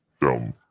down